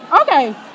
Okay